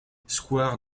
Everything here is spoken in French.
square